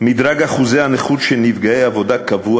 מדרג אחוזי הנכות של נפגעי עבודה קבוע